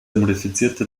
modifizierte